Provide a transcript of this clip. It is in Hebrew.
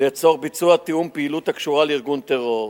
לצורך ביצוע תיאום פעילות הקשורה לארגון טרור.